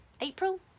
April